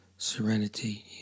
serenity